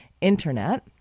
internet